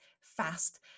fast